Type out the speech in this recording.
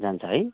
जान्छ है